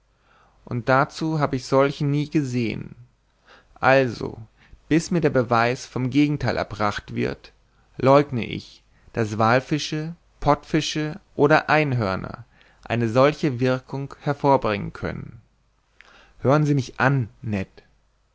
und dazu hab ich solche nie gesehen also bis mir der beweis vom gegentheil erbracht wird leugne ich daß wallfische pottfische oder einhörner solch eine wirkung hervorbringen können hören sie mich an ned